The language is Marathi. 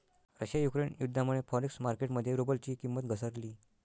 रशिया युक्रेन युद्धामुळे फॉरेक्स मार्केट मध्ये रुबलची किंमत घसरली